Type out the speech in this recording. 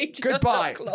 Goodbye